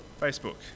Facebook